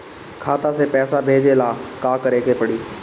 खाता से पैसा भेजे ला का करे के पड़ी?